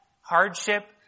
hardship